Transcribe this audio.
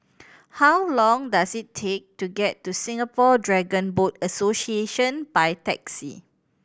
how long does it take to get to Singapore Dragon Boat Association by taxi